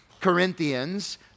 Corinthians